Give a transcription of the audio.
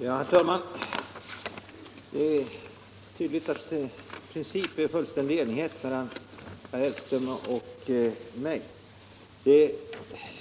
Herr talman! Det är tydligt att det i princip råder fullständig enighet mellan herr Hellström och mig. De